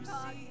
God